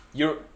eur~